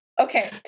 Okay